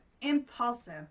impulsive